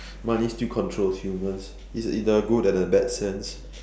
money still controls humans is in a good and a bad sense